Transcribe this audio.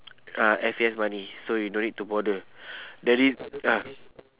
ah F_A_S money so you don't need to bother the rea~ ah